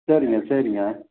சரிங்க சரிங்க